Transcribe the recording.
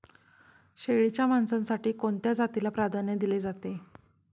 शेळीच्या मांसासाठी कोणत्या जातीला प्राधान्य दिले जाते?